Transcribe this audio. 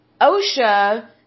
OSHA